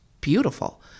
beautiful